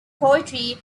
poetry